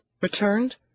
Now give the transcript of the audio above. Returned